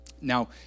Now